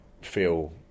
feel